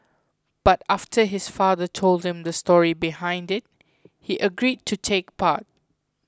but after his father told him the story behind it he agreed to take part